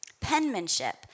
penmanship